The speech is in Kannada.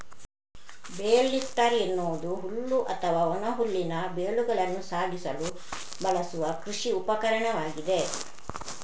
ಬೇಲ್ ಲಿಫ್ಟರ್ ಎನ್ನುವುದು ಹುಲ್ಲು ಅಥವಾ ಒಣ ಹುಲ್ಲಿನ ಬೇಲುಗಳನ್ನು ಸಾಗಿಸಲು ಬಳಸುವ ಕೃಷಿ ಉಪಕರಣವಾಗಿದೆ